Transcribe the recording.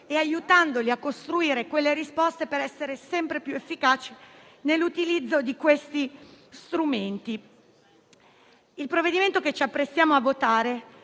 aiutandoli a costruire le risposte giuste per essere sempre più efficaci nell'utilizzo di questi strumenti. Il provvedimento che ci apprestiamo a votare